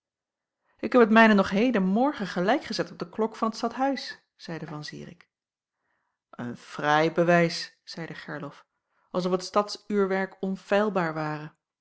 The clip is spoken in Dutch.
ik heb het mijne nog heden morgen gelijkgezet op de klok van t stadhuis zeide van zirik een fraai bewijs zeide gerlof als of het stadsuurwerk onfeilbaar ware